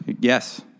Yes